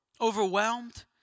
Overwhelmed